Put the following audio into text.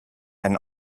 and